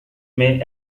may